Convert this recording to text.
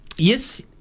Yes